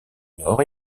nord